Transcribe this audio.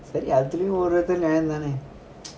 அதுவும்ஒருவிதத்துலநியாயம்தான:adhuvum oru vithadhula niyaayam thana